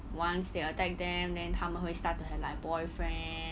once they attack them then 她们会 start to have like boyfriend